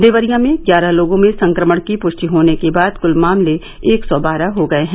देवरिया में ग्यारह लोगों में संक्रमण की प्ष्टि होने के बाद क्ल मामले एक सौ बारह हो गये हैं